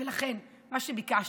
ולכן מה שביקשתי,